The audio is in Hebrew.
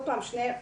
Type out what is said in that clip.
שוב,